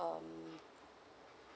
um